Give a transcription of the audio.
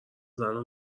زنو